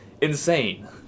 insane